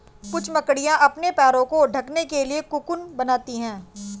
कुछ मकड़ियाँ अपने पैरों को ढकने के लिए कोकून बनाती हैं